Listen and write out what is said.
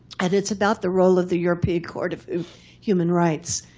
and it's about the role of the european court of human rights.